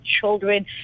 children